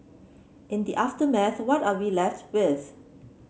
in the aftermath what are we left with